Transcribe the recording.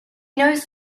knows